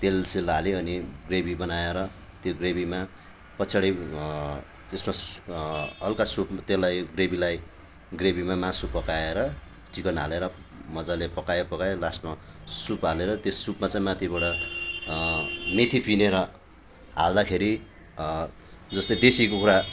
तेल सेल हाल्यो अनि ग्रेभी बनाएर त्यो ग्रेभीमा पछाडि त्यसमा हलका सुप त्यसलाई ग्रेभीलाई ग्रेभीमा मासु पकाएर चिकन हालेर मजाले पकायो पकायो लास्टमा सुप हालेर त्यो सुपमा चाहिँ माथिबाट मेथी पिँधेर हाल्दाखेरि जस्तै देशी कुखुरा